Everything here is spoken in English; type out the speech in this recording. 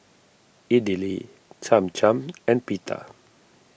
Idili Cham Cham and Pita